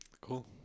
Cool